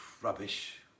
rubbish